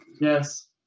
yes